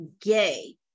gay